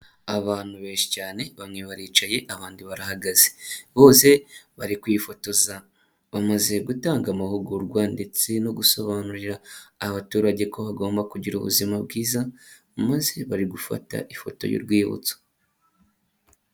Abantu benshi cyane bamwe baricaye abandi barahagaze, bose bari kwifotoza. Bamaze gutanga amahugurwa ndetse no gusobanurira abaturage ko bagomba kugira ubuzima bwiza, maze bari gufata ifoto y'urwibutso.